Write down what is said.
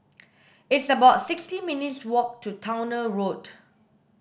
it's about sixty minutes walk to Towner Road